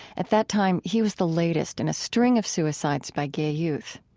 at that time, he was the latest in a string of suicides by gay youth.